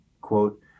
quote